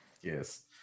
Yes